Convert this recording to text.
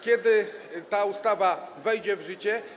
Kiedy ta ustawa wejdzie w życie?